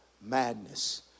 madness